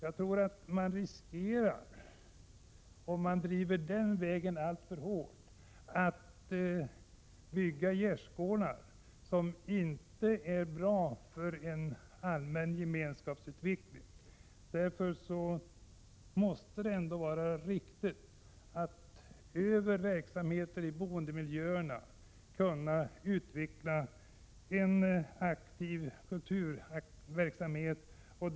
Om man alltför mycket går på den linjen tror jag att man riskerar att bygga gärdesgårdar som förhindrar en allmän gemenskapsutveckling. Det måste vara riktigt att via verksamheter i boendemiljöerna utveckla kulturaktiviteter.